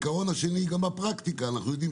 העיקרון השני גם בפרקטיקה אנחנו יודעים